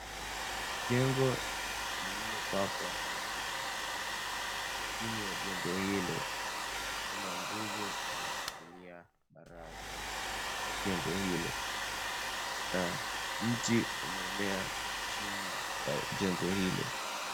Jengo lililopakwa rangi nyeupe. Chini ya jengo hilo kuna nguzo imeshikilia baraza ya jengo hilo na mti umemea chini ya jengo hilo.